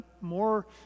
more